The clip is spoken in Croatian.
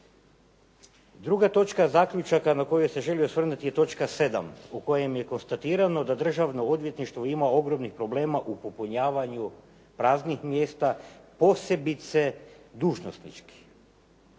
Druga točka zaključaka na koju se želim osvrnuti je točka 7. u kojem je konstatirano da Državno odvjetništvo ima ogromnih problema u popunjavanju praznih mjesta posebice dužnosničkih.